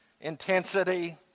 intensity